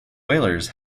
whalers